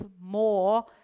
more